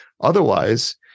Otherwise